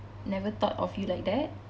never thought of you like that